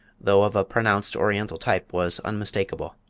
though of a pronounced oriental type, was unmistakable,